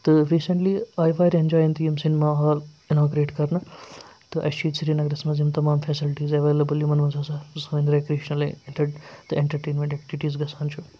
تہٕ ریٖسنٹلی آے واریاہَن جایَن تہِ یِم سِنِما ہال اِناگریٹ کَرنہٕ تہٕ اَسہِ چھِ ییٚتہِ سرینَگرَس منٛز یِم تَمام فیسَلٹیٖز اٮ۪ویلیبٕل یِمَن منٛز ہَسا سٲنۍ رٮ۪کرٛیشنَل تہٕ اینٹَرٹینمینٛٹ ایکٹِوِٹیٖز گژھان چھُ